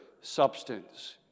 substance